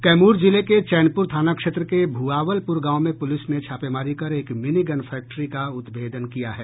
कैमूर जिले के चैनपुर थाना क्षेत्र के भूआवलपुर गांव में पूलिस ने छापेमारी कर एक मिनी गन फैक्ट्री का उद्भेदन किया है